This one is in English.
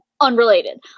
unrelated